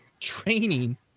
training